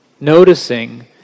noticing